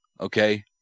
Okay